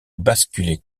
basculer